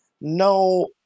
No